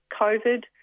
COVID